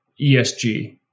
esg